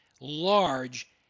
large